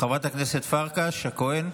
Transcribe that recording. חברת הכנסת פרקש הכהן,